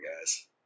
guys